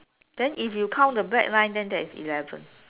then if you count the black lines then that is eleven